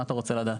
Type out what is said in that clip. מה אתה רוצה לדעת?